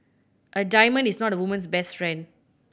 a diamond is not a woman's best friend